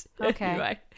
Okay